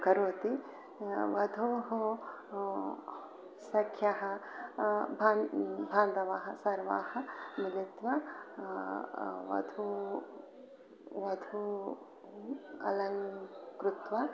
करोति वध्वाः सख्यः भान् बान्धवाः सर्वे मिलित्वा वधूं वधूम् अलङ्कृत्य